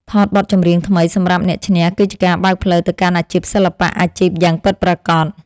ថតបទចម្រៀងថ្មីសម្រាប់អ្នកឈ្នះគឺជាការបើកផ្លូវទៅកាន់អាជីពសិល្បៈអាជីពយ៉ាងពិតប្រាកដ។